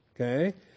Okay